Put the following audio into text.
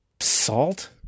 salt